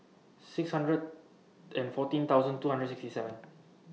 six hundred and fourteen thousand two hundred sixty seven